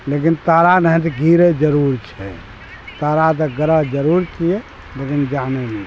लेकिन तारा नहे तऽ गिरै जरूर छै तारा तऽ ग्रह जरूर छियै लेकिन जानै नै छै